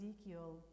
Ezekiel